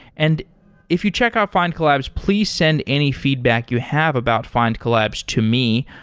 and if you check out findcollabs, please send any feedback you have about findcollabs to me,